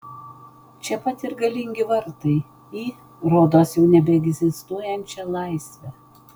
čia pat ir galingi vartai į rodos nebeegzistuojančią laisvę